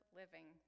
living